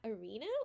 arena